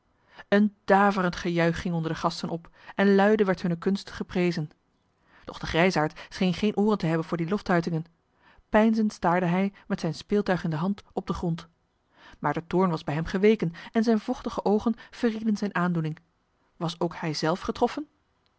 een daverend gejuich ging onder de gasten op en luide werd hunne kunst geprezen doch de grijsaard scheen geen ooren te hebben voor die loftuitingen peinzend staarde hij met zijn speeltuig in de hand op den grond maar de toorn was bij hem geweken en zijne vochtige oogen verrieden zijne aandoening was ook hij zelf getroffen